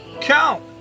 Count